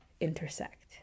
intersect